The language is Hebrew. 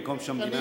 במקום שהמדינה,